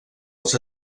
els